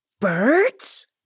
Birds